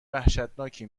وحشتناکی